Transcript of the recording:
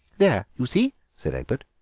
there, you see, said egbert,